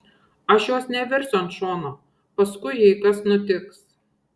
aš jos neversiu ant šono paskui jei kas nutiks